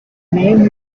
name